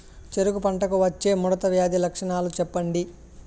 చెరుకు పంటకు వచ్చే ముడత వ్యాధి లక్షణాలు చెప్పండి?